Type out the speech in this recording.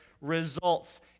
results